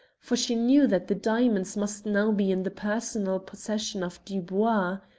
for she knew that the diamonds must now be in the personal possession of dubois.